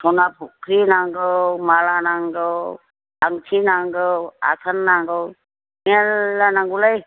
सना फुख्रि नांगौ माला नांगौ आंथि नांगौ आसान नांगौ मेल्ला नांगौलै